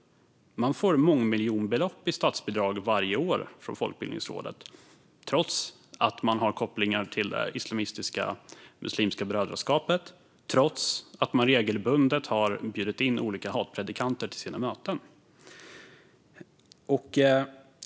De får mångmiljonbelopp i statsbidrag varje år från Folkbildningsrådet, trots att de har kopplingar till islamistiska Muslimska brödraskapet och trots att de regelbundet har bjudit in olika hatpredikanter till sina möten.